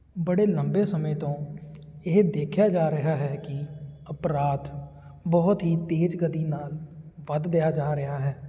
ਬੜੇ ਲੰਬੇ ਸਮੇਂ ਤੋਂ ਇਹ ਦੇਖਿਆ ਜਾ ਰਿਹਾ ਹੈ ਕਿ ਅਪਰਾਧ ਬਹੁਤ ਹੀ ਤੇਜ਼ ਗਤੀ ਨਾਲ ਵੱਧ ਰਿਹਾ ਜਾ ਰਿਹਾ ਹੈ